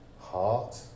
heart